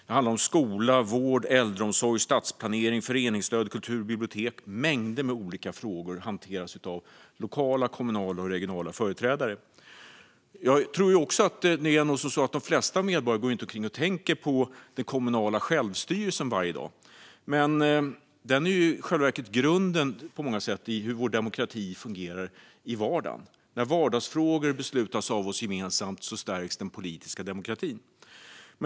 Det handlar om skola, vård, äldreomsorg, stadsplanering, föreningsstöd, kultur och bibliotek. Mängder av frågor hanteras av lokala, kommunala och regionala företrädare. De flesta medborgare går nog inte omkring och tänker på den kommunala självstyrelsen varje dag, men den är i själva verket på många sätt grunden för hur vår demokrati fungerar i vardagen. När vardagsfrågor beslutas av oss gemensamt stärks den politiska demokratin.